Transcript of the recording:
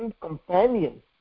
companion